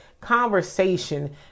conversation